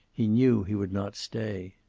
he knew he would not stay.